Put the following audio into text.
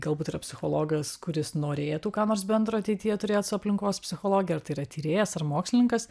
galbūt yra psichologas kuris norėtų ką nors bendro ateityje turėt su aplinkos psichologija ar tai yra tyrėjas ar mokslininkas